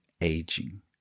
aging